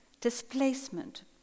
displacement